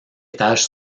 étage